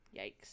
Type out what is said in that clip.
Yikes